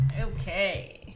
okay